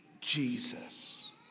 Jesus